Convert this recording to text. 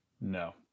no